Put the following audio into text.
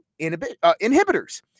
inhibitors